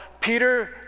Peter